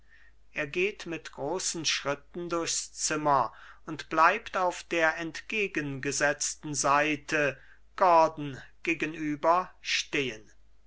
er geht mit großen schritten durchs zimmer und bleibt auf der entgegengesetzten seite gordon gegenüber stehen